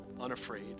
unafraid